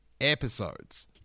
episodes